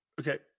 Okay